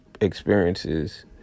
experiences